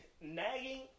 Nagging